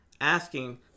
asking